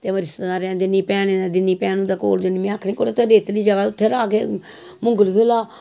ते में रिश्तेदारैं दिन्नी भैनूं दै कोल जन्नी में आखनी कुड़े तेरै इतनी जगह उत्थें मुगफली गै ला